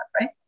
right